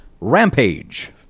Rampage